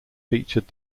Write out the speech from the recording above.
featured